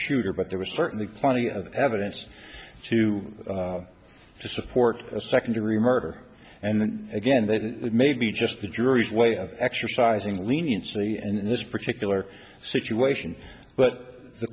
shooter but there was certainly plenty of evidence to support a second degree murder and then again that may be just the jury's way of exercising leniency and in this particular situation but the